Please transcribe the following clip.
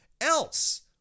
else